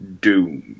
Doom